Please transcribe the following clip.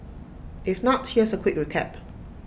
if not here's A quick recap